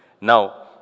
Now